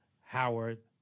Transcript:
Howard